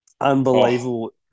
Unbelievable